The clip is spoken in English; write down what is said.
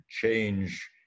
change